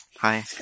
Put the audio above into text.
Hi